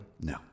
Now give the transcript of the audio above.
no